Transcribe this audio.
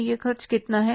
यह खर्च कितना होगा